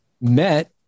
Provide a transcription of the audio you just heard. met